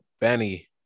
Benny